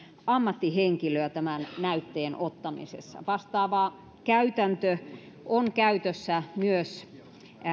ammattihenkilöä tämän näytteen ottamisessa vastaava käytäntö on käytössä myös